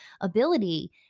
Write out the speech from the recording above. ability